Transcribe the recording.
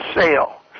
sale